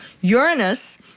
Uranus